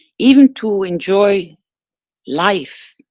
even to enjoy life,